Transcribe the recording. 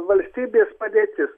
valstybės padėtis